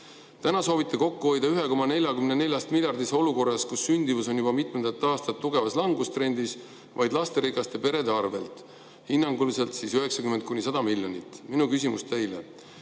Täna soovite kokku hoida olukorras, kus sündimus on juba mitmendat aastat tugevas langustrendis, vaid lasterikaste perede arvel hinnanguliselt 90–100 miljonit. Minu küsimus teile: